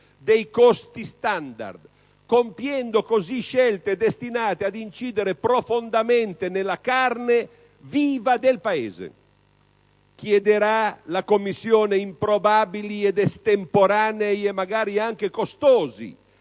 dei costi standard, compiendo così scelte destinate ad incidere profondamente nella carne viva del Paese? La Commissione chiederà improbabili, estemporanei e magari anche costosi